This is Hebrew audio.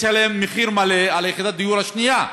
צריך לשלם מחיר מלא על יחידת הדיור השנייה.